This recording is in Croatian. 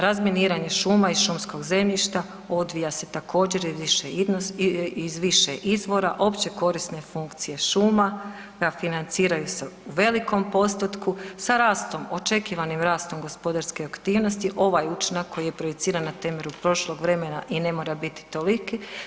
Razminiranje šuma i šumsko zemljišta odvija se također iz više izvora općekorisne funkcije šuma ga financiraju sa, u velikom postotku, sa rastom, očekivanim rastom gospodarske aktivnosti ovaj učinak koji je projiciran na temelju prošlog vremena i ne mora biti toliki.